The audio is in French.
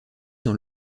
dans